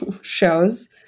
shows